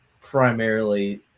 primarily